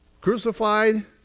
crucified